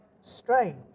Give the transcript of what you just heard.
strange